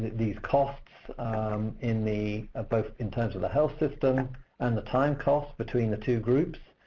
these costs in the. ah both in terms of the health system and the time costs between the two groups.